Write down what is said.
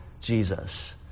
Jesus